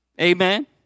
Amen